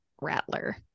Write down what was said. Rattler